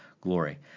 glory